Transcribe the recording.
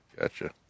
Gotcha